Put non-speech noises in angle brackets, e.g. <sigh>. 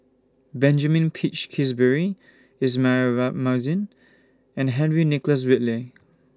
Benjamin Peach Keasberry Ismail <unintelligible> Marjan and Henry Nicholas Ridley